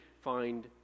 find